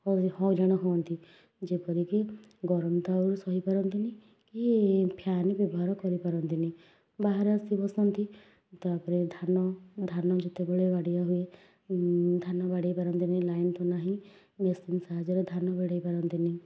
ହଇରାଣ ହୁଅନ୍ତି ଯେପରି କି ଗରମ ତ ଆଉ ସହି ପାରନ୍ତିନି କି ଫ୍ୟାନ୍ ବ୍ୟବହାର କରି ପାରନ୍ତିନି ବାହାରେ ଆସି ବସନ୍ତି ତା'ପରେ ଧାନ ଧାନ ଯେତେବେଳେ ବାଡ଼ିଆ ହୁଏ ଧାନ ବାଡ଼େଇ ପାରନ୍ତିନି ଲାଇନ୍ ତ ନାହିଁ ମେସିନ୍ ସାହାଯ୍ୟରେ ଧାନ ବାଡ଼େଇ ପାରନ୍ତିନି